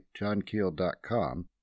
johnkeel.com